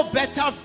better